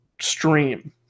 stream